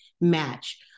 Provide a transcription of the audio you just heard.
match